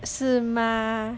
是吗